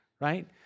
right